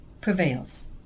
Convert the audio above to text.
prevails